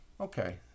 Okay